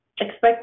expect